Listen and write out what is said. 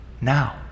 now